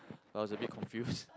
I was a bit confused